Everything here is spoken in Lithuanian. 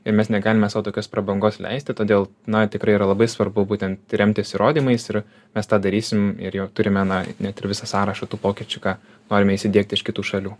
ir mes negalime sau tokios prabangos leisti todėl na tikrai yra labai svarbu būtent remtis įrodymais ir mes tą darysim ir jau turime na net ir visą sąrašą tų pokyčių ką norime įsidiegt iš kitų šalių